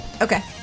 Okay